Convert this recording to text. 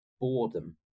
boredom